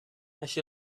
així